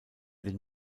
den